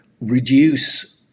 reduce